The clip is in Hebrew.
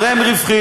הרי הם רווחיים,